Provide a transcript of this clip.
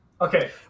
Okay